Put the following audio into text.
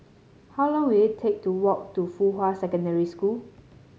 how long will it take to walk to Fuhua Secondary School